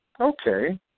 Okay